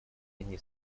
одни